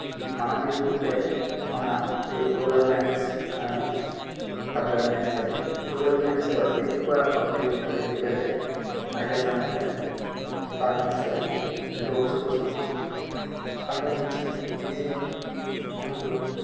మనం చూసుకుంటే మన రి రూలర్ బ్యాంక్స్ కానీ అర్బన్ బ్యాంక్స్ కానీ రూరల్ బ్యాంక్స్లో ఎక్కువ పబ్లిక్ ఉంటుంది ఎందుకంటే మహిళా సంఘాలు కానీ ఫార్మర్స్ కానీ లోన్స్ కోసం ఆ లోన్స్ ఈజీగా వాళ్ళు